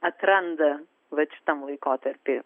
atranda vat šitam laikotarpy